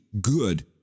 good